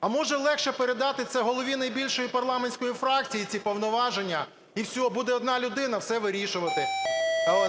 А може легше передати це голові найбільшої парламентської фракції ці повноваження? І все, буде одна людина все вирішувати.